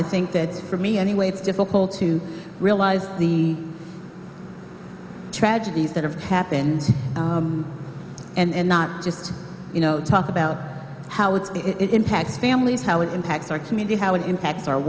i think that for me anyway it's difficult to realize the tragedies that have happened and not just you know talk about how it's it impacts families how it impacts our community how it impacts our